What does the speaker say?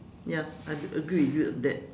ya I agree with you on that